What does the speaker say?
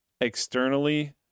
externally